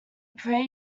pray